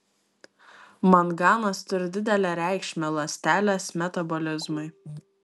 manganas turi didelę reikšmę ląstelės metabolizmui